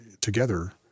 together